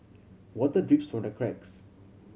water drips from the cracks